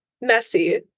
Messy